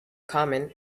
common